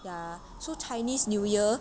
ya so chinese new year